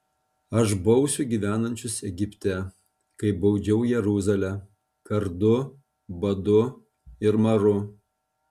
aš bausiu gyvenančius egipte kaip baudžiau jeruzalę kardu badu ir maru